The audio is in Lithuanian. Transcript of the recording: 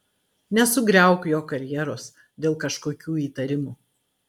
nesugriauk jo karjeros dėl kažkokių įtarimų